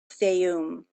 fayoum